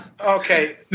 Okay